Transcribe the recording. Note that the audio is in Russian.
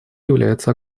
является